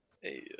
Hey